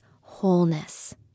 wholeness